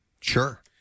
sure